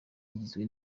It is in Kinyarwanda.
igizwe